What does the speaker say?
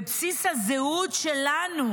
בבסיס הזהות שלנו